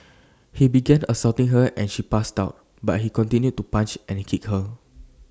he began assaulting her and she passed out but he continued to punch and kick her